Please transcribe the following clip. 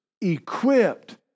equipped